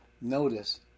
Notice